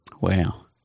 Wow